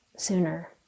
sooner